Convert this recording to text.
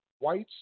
whites